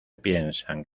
piensan